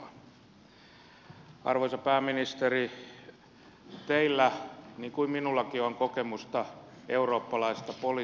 arvoisa pääministeri teillä niin kuin minullakin on kokemusta eurooppalaisesta politiikasta